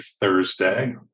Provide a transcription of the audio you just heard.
Thursday